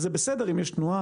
זה בסדר אם יש תנועה.